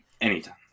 Anytime